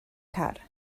car